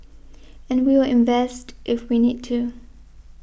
and we will invest if we need to